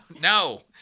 no